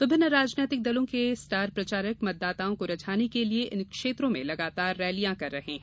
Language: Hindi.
विभिन्न राजनीतिक दलों के स्टार प्रचारक मतदाताओं को रिझाने के लिये इन क्षेत्रों में लगातार रैलियां कर रहे हैं